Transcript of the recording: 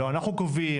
"לא אנחנו קובעים",